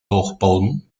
dachboden